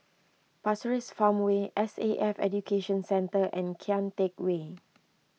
Pasir Ris Farmway S A F Education Centre and Kian Teck Way